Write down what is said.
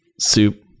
soup